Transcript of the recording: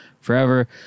forever